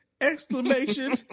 Exclamation